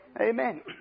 Amen